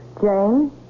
Jane